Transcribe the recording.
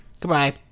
Goodbye